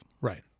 Right